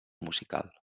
musical